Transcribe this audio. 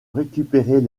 récupérer